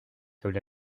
comme